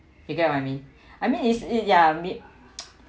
you get what I mean I mean is it ya meet